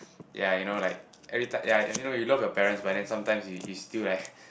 yea you know like every time yea I mean you know you love at your parents but then sometimes you you still like